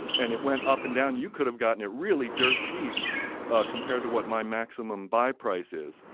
and it went up and down. you could've gotten it really dirt cheap compared to what my maximum buy price is.